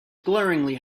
glaringly